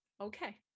okay